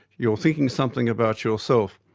you're thinking something about yourself,